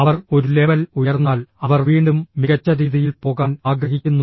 അവർ ഒരു ലെവൽ ഉയർന്നാൽ അവർ വീണ്ടും മികച്ച രീതിയിൽ പോകാൻ ആഗ്രഹിക്കുന്നു